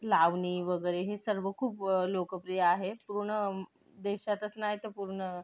लावणी वगैरे हे सर्व खूप लोकप्रिय आहेत पूर्ण देशातच नाही तर पूर्ण